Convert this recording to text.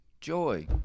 joy